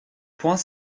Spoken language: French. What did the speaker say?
poings